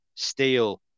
Steel